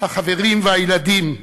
החברים והילדים,